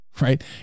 Right